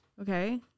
Okay